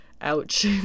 Ouch